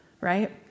right